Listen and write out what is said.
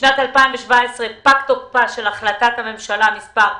בשנת 2017 פג תוקפה של החלטת הממשלה מס'